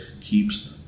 keeps